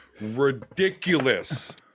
ridiculous